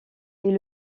est